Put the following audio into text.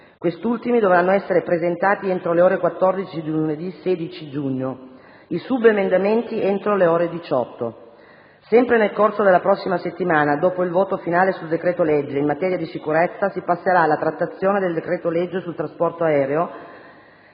Questi ultimi dovranno essere presentati entro le ore 14 di lunedì 16 giugno; i subemendamenti entro le ore 18. Sempre nel corso della prossima settimana, dopo il voto finale sul decreto-legge in materia di sicurezza, si passerà alla trattazione del decreto-legge sul trasporto aereo,